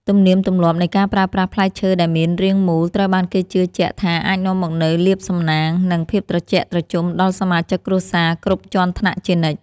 ទំនៀមទម្លាប់នៃការប្រើប្រាស់ផ្លែឈើដែលមានរាងមូលត្រូវបានគេជឿជាក់ថាអាចនាំមកនូវលាភសំណាង និង ភាពត្រជាក់ត្រជុំដល់សមាជិកគ្រួសារគ្រប់ជាន់ថ្នាក់ជានិច្ច។